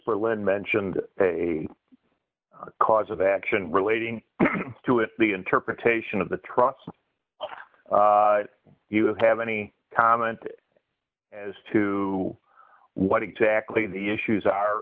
for len mentioned a cause of action relating to it the interpretation of the trust you have any comment as to what exactly the issues are